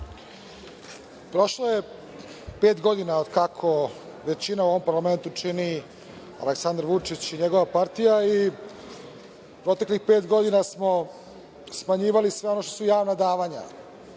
Prošlo je pet godina od kako većinu u ovom parlamentu čini Aleksandar Vučić i njegova partija i u proteklih pet godina smo smanjivali sve ono što su javna davanja.